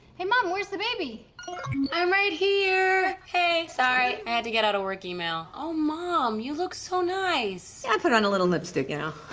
hey mom, where's the baby? i'm right here! hey, sorry. i had to get out a work email. oh, mom, you look so nice. yeah, i put on a little lipstick, yeah